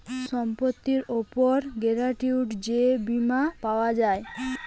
সম্পত্তির উপর গ্যারান্টিড যে বীমা পাওয়া যায়